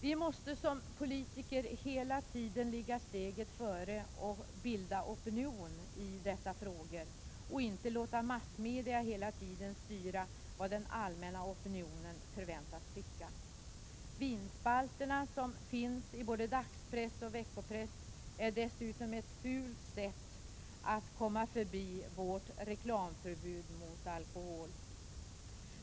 Vi måste som politiker hela tiden ligga steget före och bilda opinion i dessa frågor och inte låta massmedia hela tiden styra vad den allmänna opinionen förväntas tycka. Vinspalterna som finns i både dagspress och veckopress är dessutom ett fult sätt att komma förbi vårt reklamförbud mot alkohol.